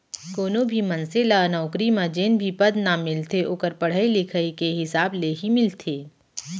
कोनो भी मनसे ल नउकरी म जेन भी पदनाम मिलथे ओखर पड़हई लिखई के हिसाब ले ही मिलथे